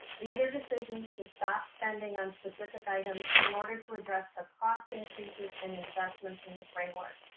these are decisions to stop spending on specific items in order to address a cost increases and investments in the framework,